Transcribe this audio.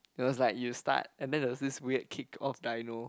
it was like you start and then there was this weird kick off dino